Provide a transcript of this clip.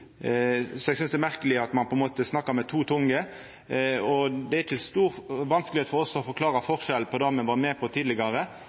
Eg synest det er merkeleg at ein på ein måte snakkar med to tunger. Det er ikkje vanskeleg for oss å forklara